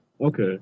Okay